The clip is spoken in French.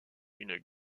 une